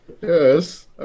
Yes